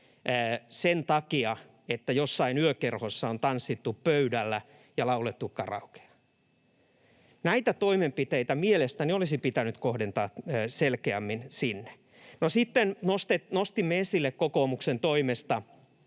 sen takia, että jossain yökerhossa on tanssittu pöydällä ja laulettu karaokea. Näitä toimenpiteitä mielestäni olisi pitänyt kohdentaa selkeämmin sinne. Sitten nostimme esille kokoomuksen toimesta,